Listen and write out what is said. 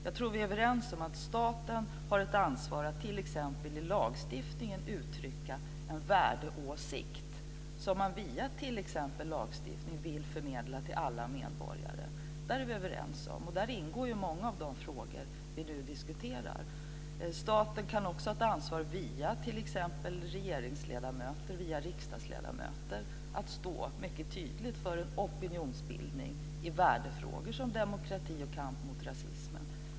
Jag tror att vi är överens om att staten har ett ansvar att t.ex. i lagstiftningen uttrycka en värdeåsikt, som man via t.ex. lagstiftning vill förmedla till alla medborgare. Där är vi överens. Där ingår många av de frågor vi nu diskuterar. Staten kan också ha ett ansvar via t.ex. regeringsledamöter och riksdagsledamöter för att stå mycket tydligt för en opinionsbildning i värdefrågor som demokrati och kamp mot rasismen.